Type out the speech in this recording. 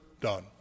done